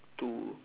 two